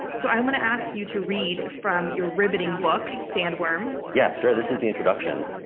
so i want to ask you to read from your riveting book sandworm. yeah, sure. this is the introduction.